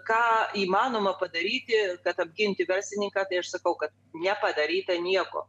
ką įmanoma padaryti kad apginti verslininką tai aš sakau kad nepadaryta nieko